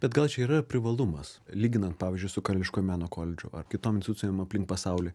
bet gal čia yra ir privalumas lyginant pavyzdžiui su karališko meno koledžu ar kitom institucijom aplink pasauly